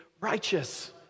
righteous